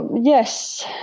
yes